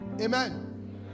Amen